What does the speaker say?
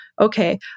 Okay